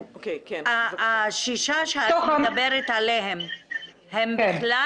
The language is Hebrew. השישה שאת מדברת עליהם, הם בכלל